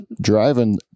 driving